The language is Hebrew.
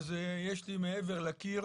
אז יש לי מעבר לקיר